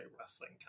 wrestling